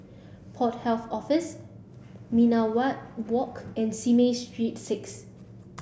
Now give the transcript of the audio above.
Port Health Office Minaret Walk and Simei Street six